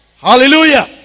Hallelujah